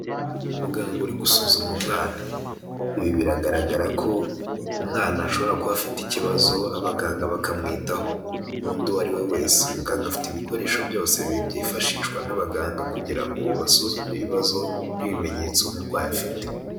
Umuganga uri gusuzuma umwana, ibi biragaragara ko umwana ashobora kuba afite ikibazo abaganga bakamwitaho, n'undi uwo ari we wese, umuganga afite ibikoresho byose byifashishwa n'abaganga kugira ngo basuzume ibibazo n'ibimenyetso umurwayi afite.